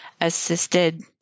assisted